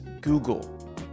Google